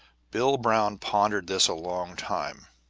bill brown pondered this a long time,